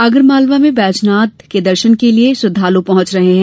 आगर मालवा में बैजनाथ के दर्शन करने के लिए श्रद्वालू पहुंच रहे हैं